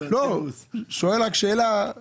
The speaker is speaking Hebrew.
שואל רק שאלה.